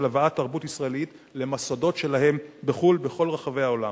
הבאת תרבות ישראלית למוסדות שלהם בחו"ל בכל רחבי העולם.